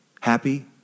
Happy